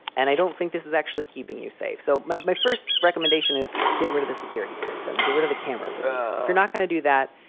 and i don't think this is actually keeping you safe. so my my first recommendation is get rid of the security system, get rid of the cameras. at least if you're not going to do that,